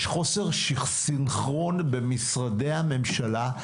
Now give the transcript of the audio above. יש חוסר סנכרון במשרדי הממשלה,